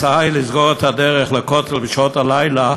וההצעה היא לסגור את הדרך לכותל בשעות הלילה,